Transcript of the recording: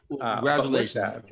Congratulations